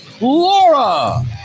Laura